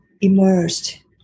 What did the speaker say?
immersed